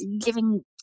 giving